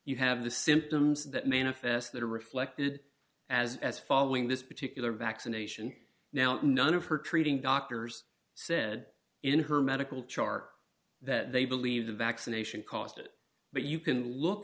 you have the symptoms that manifest that are reflected as as following this particular vaccination now none of her treating doctors said in her medical chart that they believe the vaccination caused it but you can look